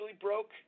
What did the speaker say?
broke